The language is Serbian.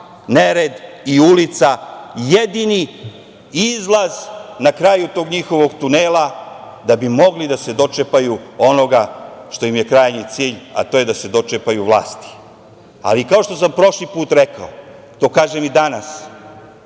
nered i ulica jedini izlaz na kraju njihovog tunela, da bi mogli da se dočepaju onoga što im je krajnji cilj, a to je da se dočepaju vlasti. Kao što sam prošli put rekao to kažem i danas.